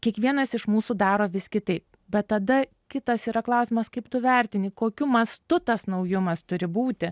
kiekvienas iš mūsų daro vis kitaip bet tada kitas yra klausimas kaip tu vertini kokiu mastu tas naujumas turi būti